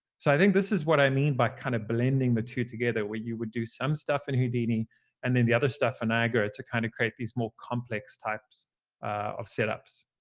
so i think this is what i mean by kind of blending the two together, where you would do some stuff in houdini and then the other stuff in niagara to kind of create these more complex types of setups.